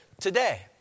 today